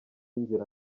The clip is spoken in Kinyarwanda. inzira